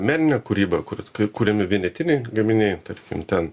meninė kūryba kur kuriami vienetiniai gaminiai tarkim ten na